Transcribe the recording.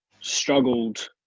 struggled